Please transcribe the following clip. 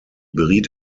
beriet